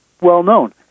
well-known